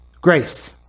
grace